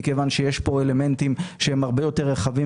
מכיוון שיש פה אלמנטים שהם הרבה יותר רחבים